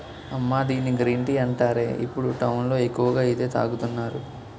అమ్మా దీన్ని green tea అంటారే, ఇప్పుడు టౌన్ లో ఎక్కువగా ఇదే తాగుతున్నారు